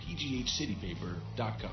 pghcitypaper.com